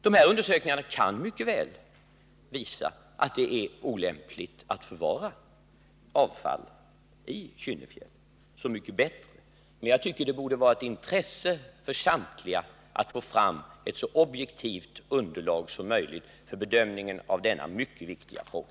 De här undersökningarna kan mycket väl visa att det är olämpligt att förvara avfall i Kynnefjäll. Så mycket bättre! Men jag tycker det borde vara ett intresse för alla att få fram ett så objektivt underlag som möjligt för bedömningen av denna mycket viktiga fråga.